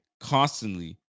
constantly